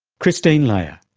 christine leah,